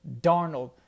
Darnold